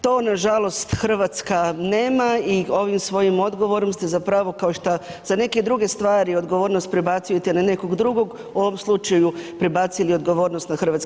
To nažalost Hrvatska nema i ovim svojim odgovorom ste zapravo, kao što za neke druge stvari, odgovornost prebacujete na nekog drugog, u ovom slučaju prebacili odgovornost na HS.